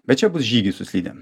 bet čia bus žygis su slidėm